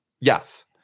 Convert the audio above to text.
yes